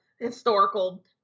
historical